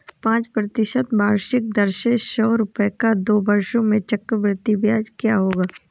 पाँच प्रतिशत वार्षिक दर से सौ रुपये का दो वर्षों में चक्रवृद्धि ब्याज क्या होगा?